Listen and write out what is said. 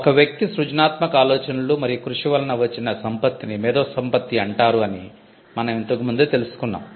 ఒక వ్యక్తి సృజనాత్మక ఆలోచనలు మరియు కృషి వలన వచ్చిన సంపత్తిని మేధోసంపత్తి అంటారు అని మనం ఇంతకు ముందే తెలుసుకున్నాం